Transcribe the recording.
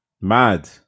Mad